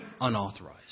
unauthorized